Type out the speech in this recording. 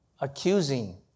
Accusing